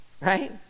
right